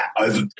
over